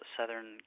Southern